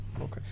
Okay